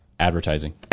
Advertising